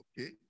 okay